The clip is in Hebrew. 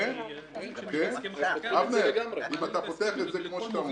אבנר, אם אתה פותח את זה כמו שאתה אומר,